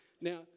Now